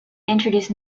introduce